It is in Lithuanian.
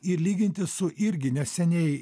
ir lyginti su irgi neseniai